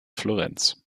florenz